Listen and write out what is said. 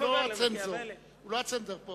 הוא לא הצנזור פה.